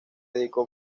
dedicó